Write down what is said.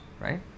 right